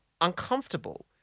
uncomfortable